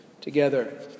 together